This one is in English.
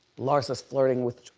larsa's flirting with